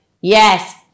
yes